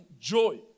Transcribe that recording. joy